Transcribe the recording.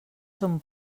son